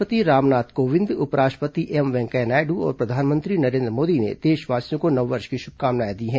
राष्ट्रपति रामनाथ कोविंद उपराष्ट्रपति एम वेंकैया नायडू और प्रधानमंत्री नरेन्द्र मोदी ने देशवासियों को नववर्ष की शुभकामनाएं दी हैं